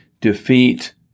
defeat